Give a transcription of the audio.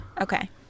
Okay